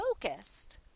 focused